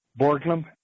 Borglum